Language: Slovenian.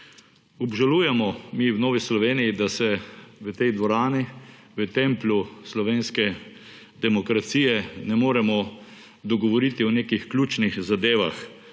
Obžalujemo, mi v Novi Sloveniji, da se v tej dvorani, v templju slovenske demokracije ne moremo dogovoriti o nekih ključnih zadevah.